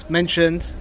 mentioned